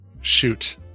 Shoot